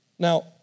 Now